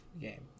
game